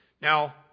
Now